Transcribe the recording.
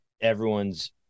Everyone's